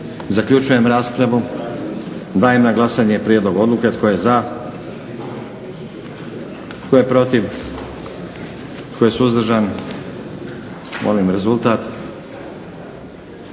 Zaključujem raspravu. Dajem na glasanje prijedlog odluke. Tko je za? Tko je protiv? Tko je suzdržan? Molim rezultat.